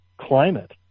climate